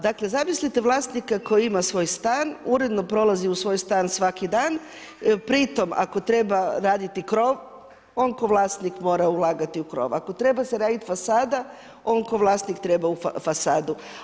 Dakle, zamislite vlasnika koji ima svoj stan, uredno prolazi u svoj stan svakidan, pritom ako treba raditi krov, on kao vlasnik mora ulagati u krov, ako treba se raditi fasada, on kao vlasnik treba fasadu.